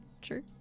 sure